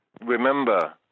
remember